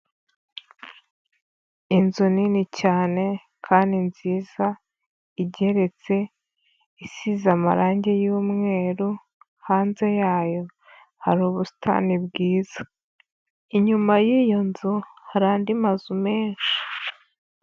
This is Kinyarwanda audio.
Inzu nini cyane kandi nziza igereretse isize amarangi y’umweru, hanze yayo hari ubusitani bwiza, inyuma y'iyo nzu hari andi mazu menshi.